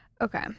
okay